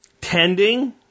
tending